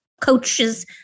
Coaches